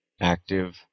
active